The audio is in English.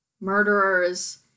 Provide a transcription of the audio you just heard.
murderers